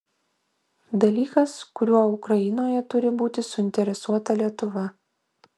dalykas kuriuo ukrainoje turi būti suinteresuota lietuva